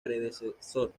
predecesor